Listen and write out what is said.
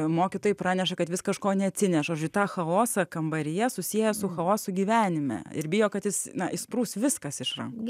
mokytojai praneša kad vis kažko neatsineša žodžiu tą chaosą kambaryje susieja su chaosu gyvenime ir bijo kad jis na išsprūs viskas iš rankų